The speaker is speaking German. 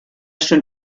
schon